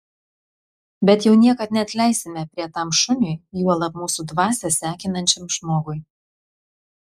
bet jau niekad neatleisime aprietam šuniui juolab mūsų dvasią sekinančiam žmogui